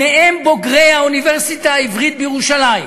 שניהם בוגרי האוניברסיטה העברית בירושלים,